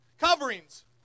coverings